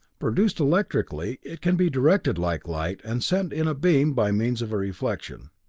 produced electrically, it can be directed like light and sent in a beam by means of a reflection.